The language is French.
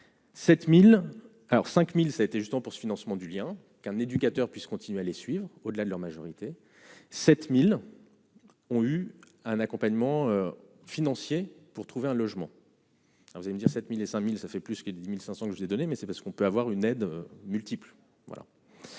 7000 alors 5000 ça a été justement pour ce financement du lien qu'un éducateur puisse continuer à les suivre au delà de leur majorité 7000 ont eu un accompagnement financier pour trouver un logement. Alors vous allez me dire 7000 et 5000 ça fait plus que les 10500 que je vous ai donné mais c'est parce qu'on peut avoir une aide multiple